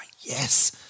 Yes